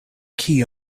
key